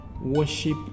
worship